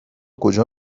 کجا